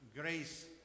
grace